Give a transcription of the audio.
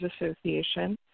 Association